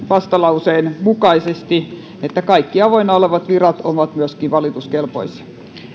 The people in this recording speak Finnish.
vastalauseen mukaisesti että kaikki avoinna olevat virat ovat myöskin valituskelpoisia